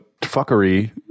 fuckery